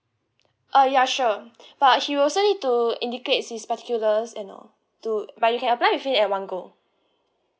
uh ya sure but he also need to indicates his particulars you know to but you can apply with him at one go